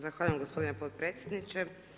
Zahvaljujem gospodine potpredsjedniče.